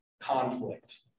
conflict